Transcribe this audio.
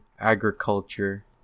agriculture